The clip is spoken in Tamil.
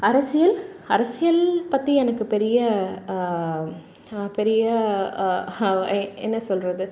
அரசியல் அரசியல் பற்றி எனக்கு பெரிய பெரிய எ என்ன சொல்கிறது